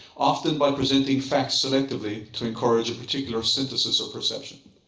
often by presenting facts selectively to encourage a particular synthesis of perception.